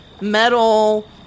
metal